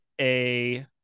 a-